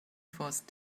forced